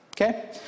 Okay